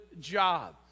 job